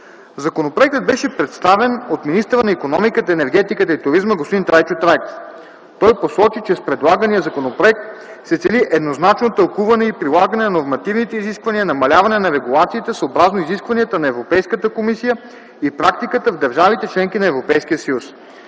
Законопроектът беше представен от министъра на икономиката, енергетиката и туризма господин Трайчо Трайков. Той посочи, че с предлагания законопроект се цели еднозначно тълкуване и прилагане на нормативните изисквания, намаляване на регулациите съобразно изискванията на Европейската комисия и практиката в държавите – членки на Европейския съюз.